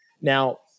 Now